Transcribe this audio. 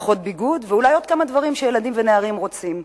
פחות ביגוד ואולי עוד כמה דברים שילדים ונערים רוצים.